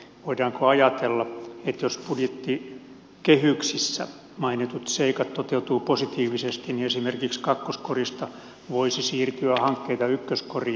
voidaanko ajatella että jos budjettikehyksissä mainitut seikat toteutuvat positiivisesti niin esimerkiksi kakkoskorista voisi siirtyä hankkeita ykköskoriin